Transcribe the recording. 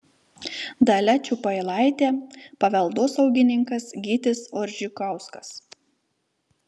dalia čiupailaitė paveldosaugininkas gytis oržikauskas